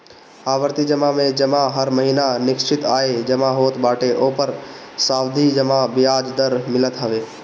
आवर्ती जमा में जवन हर महिना निश्चित आय जमा होत बाटे ओपर सावधि जमा बियाज दर मिलत हवे